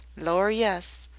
lor', yes,